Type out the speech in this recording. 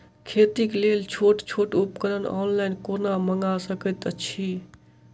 खेतीक लेल छोट छोट उपकरण ऑनलाइन कोना मंगा सकैत छी?